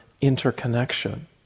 interconnection